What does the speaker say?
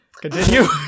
Continue